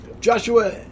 Joshua